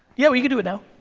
yeah, we can do it now.